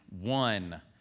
one